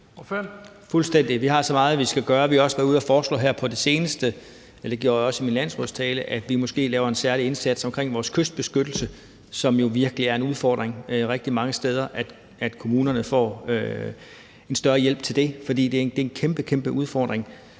Vi har så meget, vi skal gøre. Vi har også været ude at foreslå her på det seneste – det gjorde jeg også i min landsrådstale – at vi måske laver en særlig indsats omkring vores kystbeskyttelse, som jo virkelig er en udfordring rigtig mange steder, altså at kommunerne får en større hjælp til det, for det er en kæmpe, kæmpe udfordring.